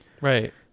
Right